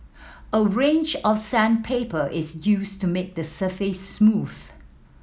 a range of sandpaper is used to make the surface smooth